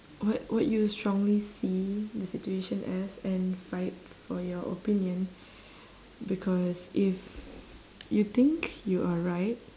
what what you strongly see the situation as and fight for your opinion because if you think you are right